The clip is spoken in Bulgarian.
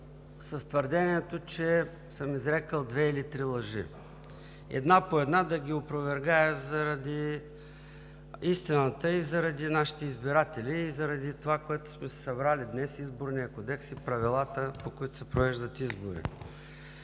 с твърдението, че съм изрекъл две или три лъжи. Една по една да ги опровергая заради истината и заради нашите избиратели, и заради това, за което сме се събрали днес – Изборния кодекс и правилата, по които се провеждат избори.